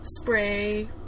Spray